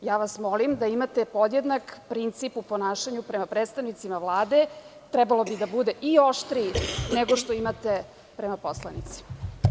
Molim vas, da imate podjednak princip u ponašanju prema predstavnicima Vlade, trebalo bi da bude i oštriji nego što imate prema poslanicima.